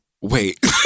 Wait